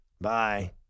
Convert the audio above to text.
Bye